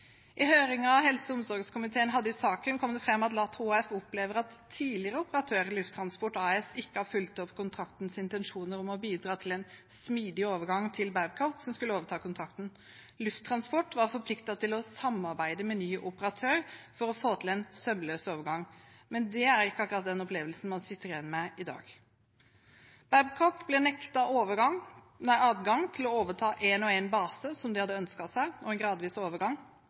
I høringen helse- og omsorgskomiteen hadde i saken, kom det fram at LAT HF opplever at tidligere operatør, Lufttransport AS, ikke har fulgt opp kontraktens intensjoner om å bidra til en smidig overgang til Babcock, som skulle overta kontrakten. Lufttransport AS var forpliktet til å samarbeide med ny operatør for å få til en sømløs overgang, men det er ikke den opplevelsen man sitter igjen med i dag. Babcock ble nektet adgang til å overta én og én base, som de hadde ønsket seg, og en gradvis overgang.